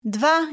Dwa